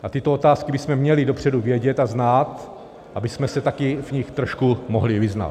A tyto otázky bychom měli dopředu vědět a znát, abychom se taky v nich trošku mohli vyznat.